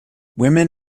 women